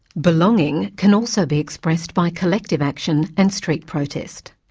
belonging can also be expressed by collective action and street protest.